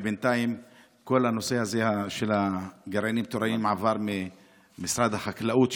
ובינתיים כל הנושא הזה של הגרעינים התורניים עבר ממשרד החקלאות,